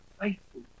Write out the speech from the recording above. faithful